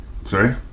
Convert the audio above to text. Sorry